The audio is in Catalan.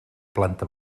planta